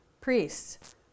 priests